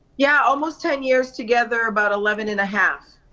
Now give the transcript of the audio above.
yeah, almost ten years together, about eleven and a half.